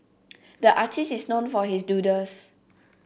the artist is known for his doodles